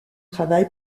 travail